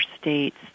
states